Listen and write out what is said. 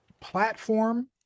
platform